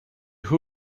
who